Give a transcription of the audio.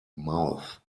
mouth